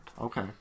Okay